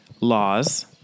laws